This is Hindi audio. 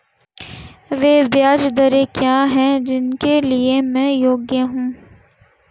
वे ब्याज दरें क्या हैं जिनके लिए मैं योग्य हूँ?